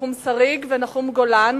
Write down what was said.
נחום שריג ונחום גולן